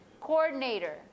coordinator